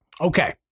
Okay